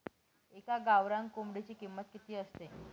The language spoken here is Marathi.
एका गावरान कोंबडीची किंमत किती असते?